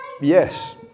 yes